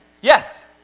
Yes